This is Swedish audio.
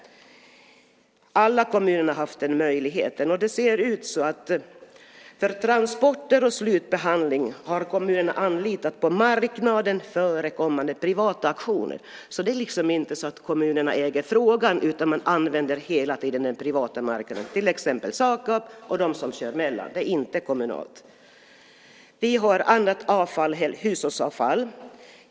Alla kommuner har haft den möjligheten. För transporter och slutbehandling har kommunerna anlitat på marknaden förekommande privata aktörer. Det är liksom inte så att kommunerna äger frågan utan man använder hela tiden den privata marknaden, till exempel Sakab och andra. Det är inte kommunalt. Vi har annat avfall, hushållsavfall.